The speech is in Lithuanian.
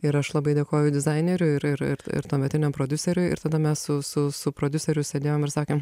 ir aš labai dėkoju dizaineriui ir ir ir ir tuometiniam prodiuseriui ir tada mes su su su prodiuseriu sėdėjom ir sakėm